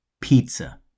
pizza